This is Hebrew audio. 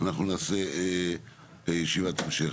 אנחנו נעשה בישיבת המשך.